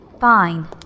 Fine